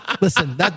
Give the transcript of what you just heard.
Listen